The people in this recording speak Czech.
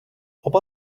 oba